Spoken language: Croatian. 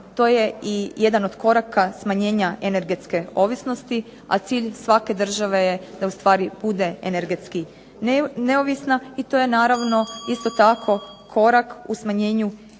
to je i jedan od koraka smanjenja energetske ovisnosti, a cilj svake države je da ustvari bude energetski neovisna i to je naravno isto tako korak u smanjenju ispuštanja